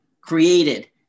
created